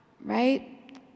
Right